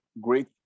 great